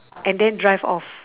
and then drive off